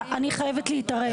אני חייבת להתערב.